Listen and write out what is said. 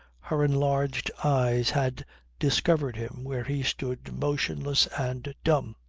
her enlarged eyes had discovered him where he stood motionless and dumb.